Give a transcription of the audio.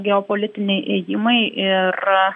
geopolitiniai ėjimai ir